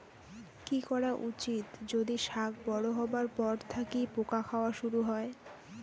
কি করা উচিৎ যদি শাক বড়ো হবার পর থাকি পোকা খাওয়া শুরু হয়?